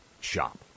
Shop